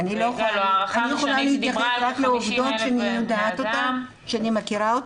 הערכה ראשונית דיברה על 50,000 בני אדם --- אני